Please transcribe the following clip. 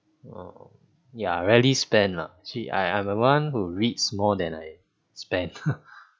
oh yeah rarely spend lah actually I am the one who reads more than I spend